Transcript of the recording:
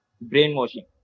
Brainwashing